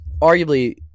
arguably